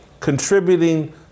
contributing